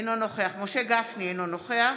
אינו נוכח משה גפני, אינו נוכח